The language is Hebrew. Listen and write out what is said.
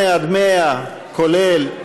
101. מ-98 עד 100, כולל,